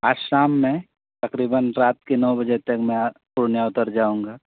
آج شام میں تقریباً رات کے نو بجے تک میں پورنیہ اتر جاؤں گا